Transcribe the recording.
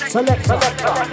Selector